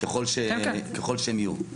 ככל שהם יהיו.